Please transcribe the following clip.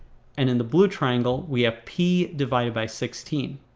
and in the blue triangle we have p divided by sixteen